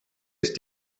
ist